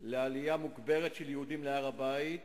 לעלייה מוגברת של יהודים להר-הבית,